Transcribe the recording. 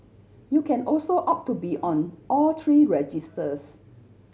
you can also opt to be on all three registers